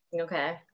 okay